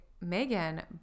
Megan